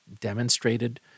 demonstrated